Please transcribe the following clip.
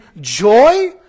joy